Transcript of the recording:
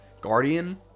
guardian